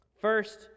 First